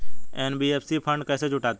NBFC fund कैसे जुटाती है?